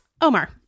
Omar